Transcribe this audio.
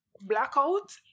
blackout